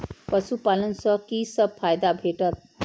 पशु पालन सँ कि सब फायदा भेटत?